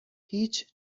هیچ